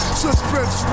suspense